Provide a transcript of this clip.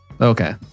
Okay